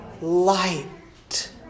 light